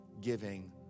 giving